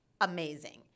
amazing